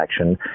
action